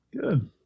Good